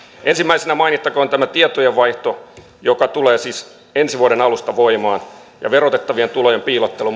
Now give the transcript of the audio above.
ensimmäisenä mainittakoon tämä tietojenvaihto joka tulee siis ensi vuoden alusta voimaan verotettavien tulojen piilottelu